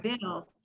bills